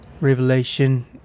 revelation